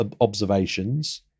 observations